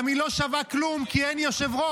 היא גם לא שווה כלום, כי אין יושב-ראש.